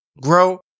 grow